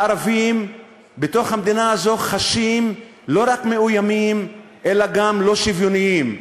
הערבים בתוך המדינה הזאת חשים לא רק מאוימים אלא גם לא שוויוניים.